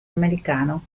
americano